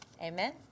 Amen